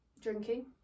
drinking